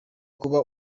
kuba